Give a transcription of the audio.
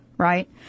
right